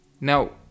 Now